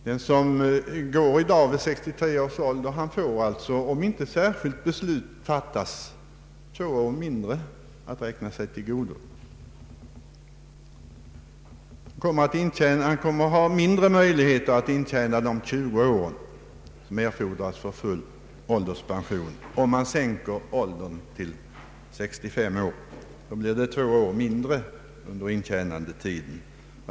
Den som i dag avgår med pension vid 63 års ålder har alltså — om inte särskilt beslut fattas — två år mindre att räkna sig till godo. Han kommer att ha mindre möjligheter att intjäna de 20 år som erfordras för full ålderspension, om man sänker pensionsåldern till 63 år. Det blir ju då två år mindre intjänad tid.